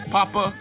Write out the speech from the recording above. Papa